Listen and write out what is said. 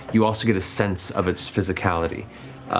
you also get a sense of its physicality.